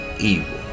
evil